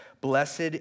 Blessed